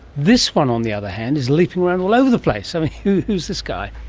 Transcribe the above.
this one on the other hand is leaping around all over the place. and who's this guy?